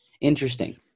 Interesting